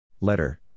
Letter